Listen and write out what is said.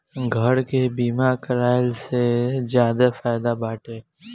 घर के बीमा कराइला से ज्यादे फायदा बाटे